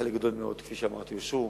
חלק גדול מאוד, כפי שאמרתי, אושרו,